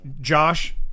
Josh